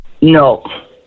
No